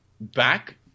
back